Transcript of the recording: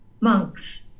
Monks